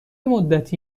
مدتی